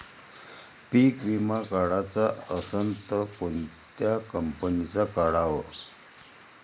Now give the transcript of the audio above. पीक विमा काढाचा असन त कोनत्या कंपनीचा काढाव?